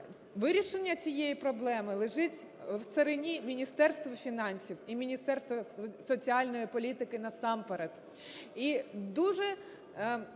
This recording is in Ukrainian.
вирішення цієї проблеми лежить в царині Міністерства фінансів і Міністерства соціальної політики насамперед.